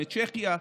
מצ'כיה,